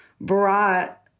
brought